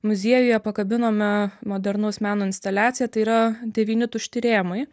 muziejuje pakabinome modernaus meno instaliaciją tai yra devyni tušti rėmai